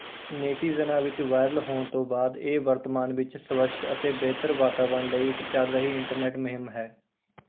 ਨੇਟੀਜ਼ਨਾਂ ਵਿੱਚ ਵਾਇਰਲ ਹੋਣ ਤੋਂ ਬਾਅਦ ਇਹ ਵਰਤਮਾਨ ਵਿੱਚ ਸਵੱਛ ਅਤੇ ਬਿਹਤਰ ਵਾਤਾਵਰਨ ਲਈ ਇੱਕ ਚੱਲ ਰਹੀ ਇੰਟਰਨੈੱਟ ਮੁਹਿੰਮ ਹੈ